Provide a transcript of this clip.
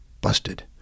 busted